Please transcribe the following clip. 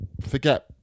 forget